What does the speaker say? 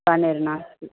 पनेर् नास्ति